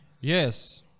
Yes